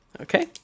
Okay